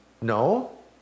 No